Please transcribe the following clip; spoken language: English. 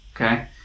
okay